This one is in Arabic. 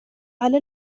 على